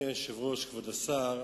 אדוני היושב-ראש, כבוד השר,